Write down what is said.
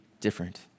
different